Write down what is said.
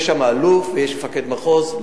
יש שם אלוף ויש מפקד מחוז.